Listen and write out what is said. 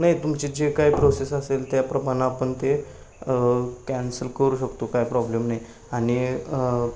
नाही तुमचे जे काय प्रोसेस असेल त्याप्रमाणं आपण ते कॅन्सल करू शकतो काय प्रॉब्लेम नाही आणि